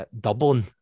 Dublin